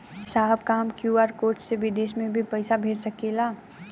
साहब का हम क्यू.आर कोड से बिदेश में भी पैसा भेज सकेला?